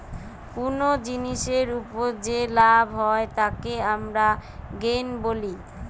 কুনো জিনিসের উপর যে লাভ হয় তাকে আমরা গেইন বলি